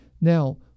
Now